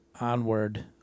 onward